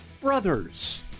brothers